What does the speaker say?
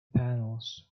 panels